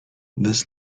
this